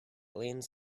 leans